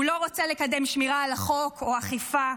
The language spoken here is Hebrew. הוא לא רוצה לקדם שמירה על החוק או אכיפה,